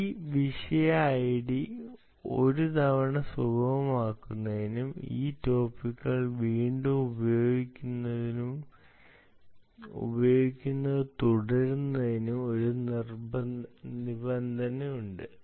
ഈ വിഷയ ഐഡി ഒരുതവണ സുഗമമാക്കുന്നതിനും ഈ ടോപ്പിക്കുകൾ വീണ്ടും ഉപയോഗിക്കുന്നത് തുടരുന്നതിനും ഒരു നിബന്ധനയുണ്ട്